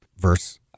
verse